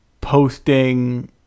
posting